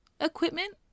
equipment